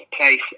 place